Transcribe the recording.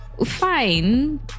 fine